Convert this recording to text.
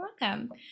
welcome